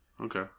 Okay